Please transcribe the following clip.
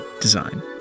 Design